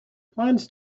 plans